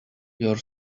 your